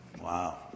Wow